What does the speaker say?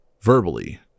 verbally